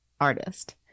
artist